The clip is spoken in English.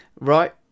Right